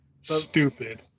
stupid